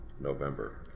November